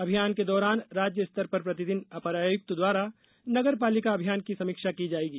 अभियान के दौरान राज्य स्तर पर प्रतिदिन अपर आयुक्त द्वारा नगरपालिका अभियान की समीक्षा की जाएगी